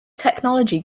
technology